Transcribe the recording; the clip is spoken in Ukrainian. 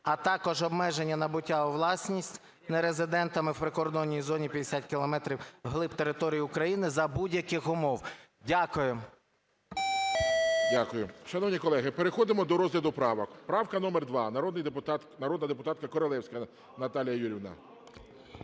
а також обмеження набуття у власність нерезидентами в прикордонній зоні 50 кілометрів вглиб території України за будь-яких умов. Дякуємо. ГОЛОВУЮЧИЙ. Дякую. Шановні колеги, переходимо до розгляду правок. Правка номер 2, народна депутатка Королевська Наталія Юріївна.